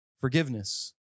Forgiveness